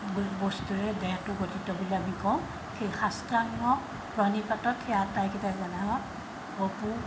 বস্তুৰে দেহটো গঠিত বুলি আমি কওঁ সেই সাষ্টাংগ প্ৰণিপাতত সেয়া আটাইকেইটাই